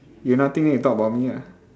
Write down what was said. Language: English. you nothing then you talk about me ah